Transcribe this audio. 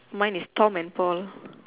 mine is Tom and Paul